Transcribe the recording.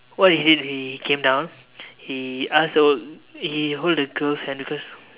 what he did he came down he ask so he hold the girl's hand because